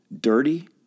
dirty